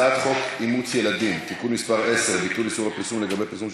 אני קובע כי הצעת החוק עברה בקריאה ראשונה,